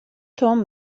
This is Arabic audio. توم